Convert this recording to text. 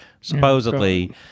supposedly